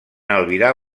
albirar